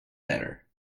better